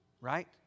right